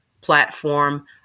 platform